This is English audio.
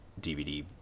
dvd